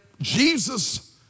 Jesus